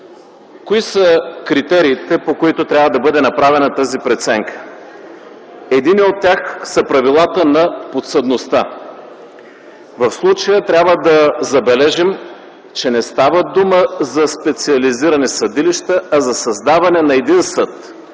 Кои са критериите, по които трябва да бъде направена тази преценка? Единият от тях са правилата на подсъдността. В случая трябва да забележим, че не става дума за специализирани съдилища, а за създаване на един съд,